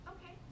Okay